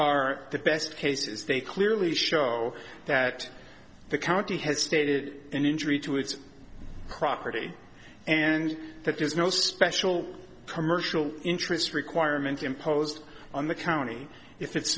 are the best cases they clearly show that the county has stated an injury to its property and that there is no special commercial interest requirement imposed on the county if it